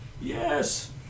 Yes